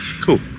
Cool